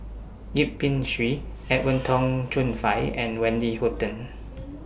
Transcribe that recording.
Yip Pin Xiu Edwin Tong Chun Fai and Wendy Hutton